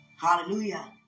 Hallelujah